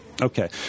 Okay